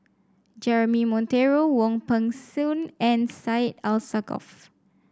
Jeremy Monteiro Wong Peng Soon and Syed Alsagoff